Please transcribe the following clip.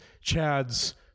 Chad's